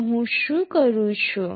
તો હું શું કરું છું